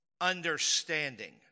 understanding